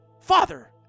Father